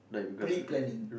pre planning